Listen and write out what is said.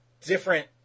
different